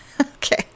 Okay